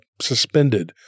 suspended